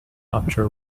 after